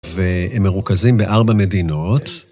והם מרוכזים בארבע מדינות.